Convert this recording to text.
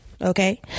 Okay